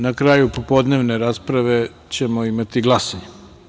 Na kraju popodnevne rasprave ćemo imati glasanje.